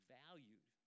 valued